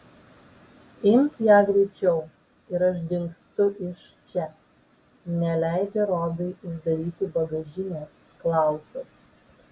imk ją greičiau ir aš dingstu iš čia neleidžia robiui uždaryti bagažinės klausas